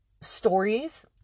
stories